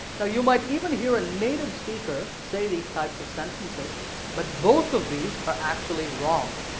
now you might even hear a native speaker say these types of sentences but both of these are actually wrong.